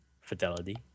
fidelity